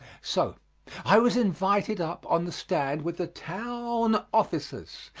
so i was invited up on the stand with the town officers.